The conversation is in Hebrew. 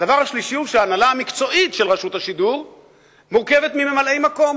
הדבר השלישי הוא שההנהלה המקצועית של רשות השידור מורכבת מממלאי-מקום.